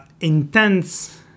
intense